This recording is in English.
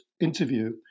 interview